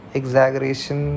exaggeration